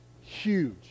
huge